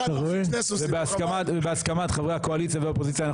הצבעה בהסכמת חברי הקואליציה והאופוזיציה אנחנו